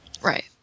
Right